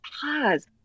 pause